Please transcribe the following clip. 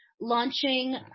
launching